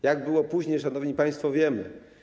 Jak było później, szanowni państwo, wiemy.